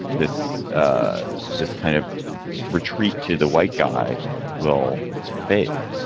this ah this kind of retreat to the white guy will fade?